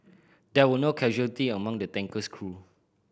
there were no casualty among the tanker's crew